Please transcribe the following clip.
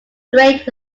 straight